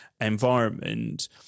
environment